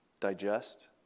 digest